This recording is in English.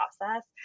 process